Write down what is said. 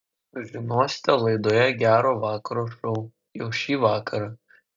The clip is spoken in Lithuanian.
sužinosite laidoje gero vakaro šou jau šį vakarą